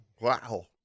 Wow